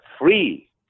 free